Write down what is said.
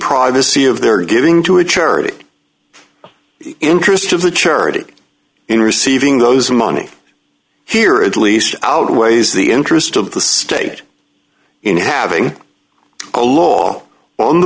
privacy of their giving to a charity interest of the charity in receiving those money here at least outweighs the interest of the state in having a law on the